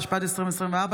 התשפ"ד 2024,